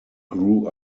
grew